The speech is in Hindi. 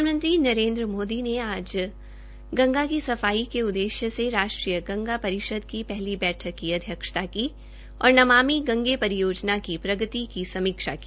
प्रधानमंत्री नरेन्द्र मोदी ने आज गंगा की सफाई के उद्येश्य से राष्ट्रीय गंगा परिषद की पहली बैठक की अध्यक्षता की और नमामि गंगे परियोजना की प्रगति की समीक्षा की